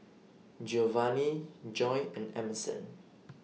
Giovani Joy and Emerson